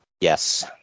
Yes